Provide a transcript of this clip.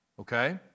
Okay